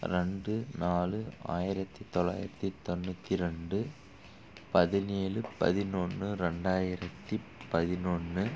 ரெண்டு நாலு ஆயிரத்தி தொள்ளாயிரத்தி தொண்ணூற்றி ரெண்டு பதினேழு பதினொன்று ரெண்டாயிரத்தி பதினொன்று